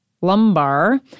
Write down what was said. lumbar